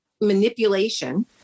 manipulation